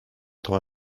quatre